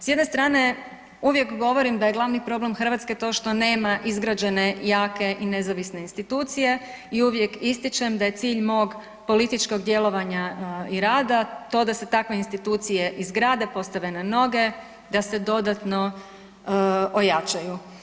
S jedne strane uvijek govorim da je glavni problem Hrvatske to što nema izgrađene jake i nezavisne institucije i uvijek ističem da je cilj mog političkog djelovanja i rada to da se takve institucije izgrade, postave na noge, da se dodatno ojačaju.